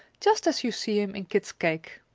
just as you see him in kit's cake.